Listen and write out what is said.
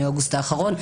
מאוגוסט האחרון,